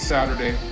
Saturday